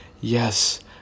Yes